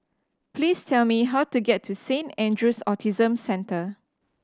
please tell me how to get to Saint Andrew's Autism Centre